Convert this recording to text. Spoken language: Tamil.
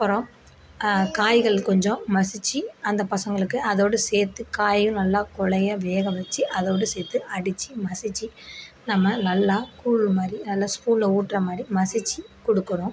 அப்பறம் காய்கள் கொஞ்சம் மசிச்சு அந்த பசங்களுக்கு அதோடய சேர்த்து காயும் நல்லா குலைய வேக வச்சு அதோடய சேர்த்து அடிச்சு மசிச்சு நம்ம நல்லா கூல் மாதிரி அதில் ஸ்பூன்ல ஊட்டுற மாதிரி மசிச்சு கொடுக்குறோம்